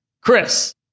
Chris